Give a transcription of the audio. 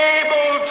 able